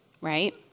Right